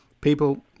people